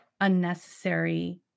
unnecessary